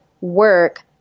work